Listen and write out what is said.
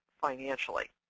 financially